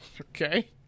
Okay